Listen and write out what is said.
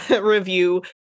review